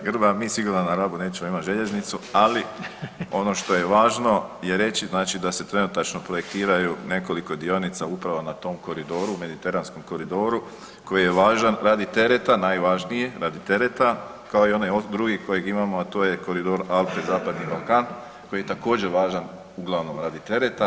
Kolegice Grba mi sigurno na Rabu nećemo imati željeznicu, ali ono što je važno reći da se trenutačno projektiraju nekoliko dionica upravo na tom koridoru, Mediteranskom koridoru koji je važan radi tereta najvažnije radi tereta kao i onaj drugi kojeg imamo, a to je koridor Alpe-Zapadni Balkan koji je također važan uglavnom radi tereta.